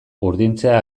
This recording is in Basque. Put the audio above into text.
urdintzea